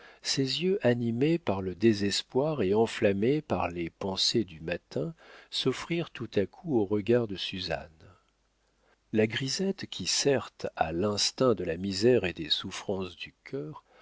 ces yeux animés par le désespoir et enflammés par les pensées du matin s'offrirent tout à coup aux regards de suzanne la grisette qui certes a l'instinct de la misère et des souffrances du cœur